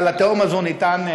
התהום הזאת,